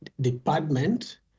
Department